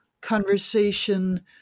conversation